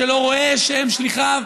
שרואה בהם שליחיו,